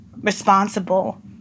responsible